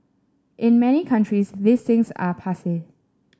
in many countries these things are passe